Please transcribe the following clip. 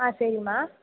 ஆ சரிமா